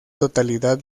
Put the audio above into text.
totalidad